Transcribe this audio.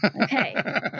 Okay